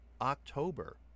October